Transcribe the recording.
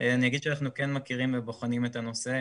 אני אגיד שאנחנו כן מכירים ובוחנים את הנושא,